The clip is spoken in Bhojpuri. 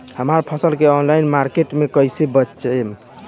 हमार फसल के ऑनलाइन मार्केट मे कैसे बेचम?